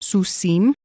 Susim